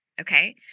okay